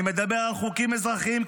ואני מדבר על חוקים אזרחיים.